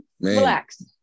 relax